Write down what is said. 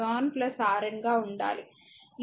Rn గా ఉండాలి ఇది i